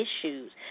issues